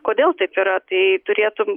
kodėl taip yra tai turėtų